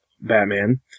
Batman